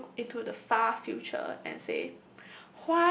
we can look into the far future and say